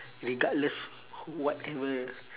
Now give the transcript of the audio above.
regardless whatever